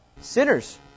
Sinners